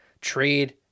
trade